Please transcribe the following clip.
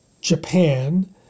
Japan